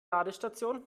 ladestation